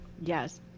Yes